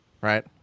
right